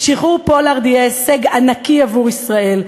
שחרור פולארד יהיה הישג ענקי עבור ישראל,